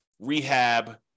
rehab